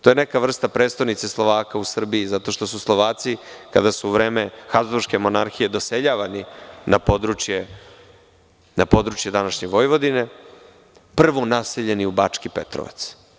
To je neka vrsta prestonice Slovaka u Srbiji zato što su Slovaci, kada su u vreme Habzburške monarhije doseljavani na područje današnje Vojvodine, prvo naseljeni u Bački Petrovac.